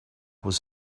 was